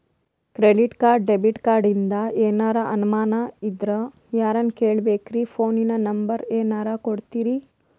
Credit card, debit ಕಾರ್ಡಿಂದ ಏನರ ಅನಮಾನ ಇದ್ರ ಯಾರನ್ ಕೇಳಬೇಕ್ರೀ, ಫೋನಿನ ನಂಬರ ಏನರ ಕೊಡ್ತೀರಿ?